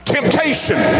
Temptation